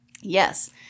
Yes